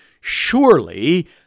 Surely